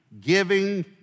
giving